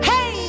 Hey